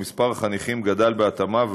ומספר החניכים גדל בהתאמה,